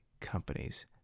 companies